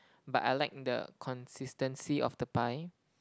but I like the consistency of the pie